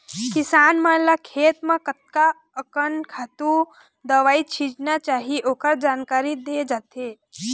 किसान मन ल खेत म कतका अकन खातू, दवई छिचना चाही ओखर जानकारी दे जाथे